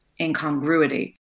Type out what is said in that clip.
incongruity